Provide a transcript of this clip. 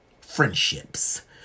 friendships